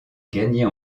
gagner